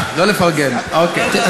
אם הוא רוצה לפרגן לי, אז לא.